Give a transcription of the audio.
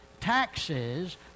taxes